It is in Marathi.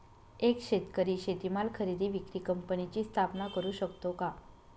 एक शेतकरी शेतीमाल खरेदी विक्री कंपनीची स्थापना करु शकतो का?